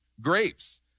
grapes